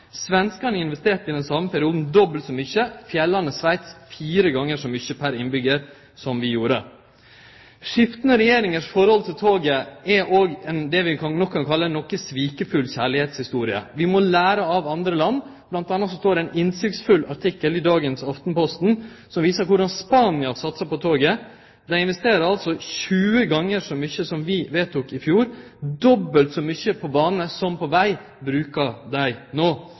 Svenskane investerte i den same perioden dobbelt så mykje, fjellandet Sveits fire gonger så mykje pr. innbyggjar som vi gjorde. Skiftande regjeringars forhold til toget er òg det vi godt kan kalle ei nokså svikefull kjærleikshistorie. Vi må lære av andre land. Blant anna står det ein innsiktsfull artikkel i dagens Aftenposten som viser korleis Spania satsar på toget. Dei investerer 20 gonger så mykje som vi vedtok i fjor. Dobbelt så mykje på bane som på veg brukar dei no.